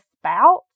spout